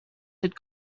had